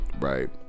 right